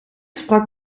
sprak